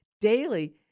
daily